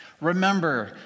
Remember